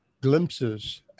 glimpses